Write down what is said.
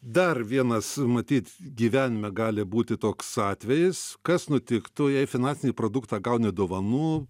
dar vienas matyt gyvenime gali būti toks atvejis kas nutiktų jei finansinį produktą gauni dovanų